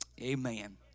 Amen